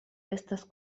estas